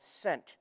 sent